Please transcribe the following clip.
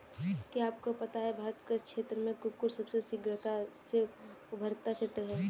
क्या आपको पता है भारत कृषि क्षेत्र में कुक्कुट सबसे शीघ्रता से उभरता क्षेत्र है?